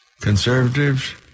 Conservatives